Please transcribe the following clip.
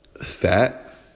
fat